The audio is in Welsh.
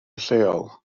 lleol